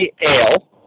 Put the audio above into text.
Ale